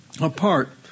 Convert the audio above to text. Apart